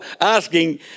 asking